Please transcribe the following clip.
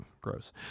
gross